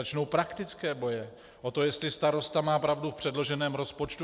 Začnou praktické boje o to, jestli starosta má pravdu v předloženém rozpočtu.